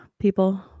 people